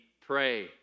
pray